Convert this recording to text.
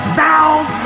sound